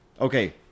Okay